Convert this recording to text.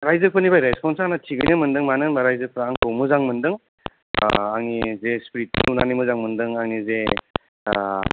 रायजोफोर निफ्राय रेसफनसा आंना थिकयैनो मोनदों मानो होनबा रायजोफ्रा आंखौ मोजां मोनदों आंनि जे सिफिस खौ मोजां मोनदों आंनि जे